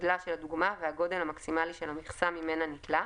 גודלה של הדוגמה והגודל המקסימלי של המכסה ממנה ניטלה,